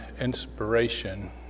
inspiration